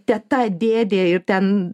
teta dėdė ir ten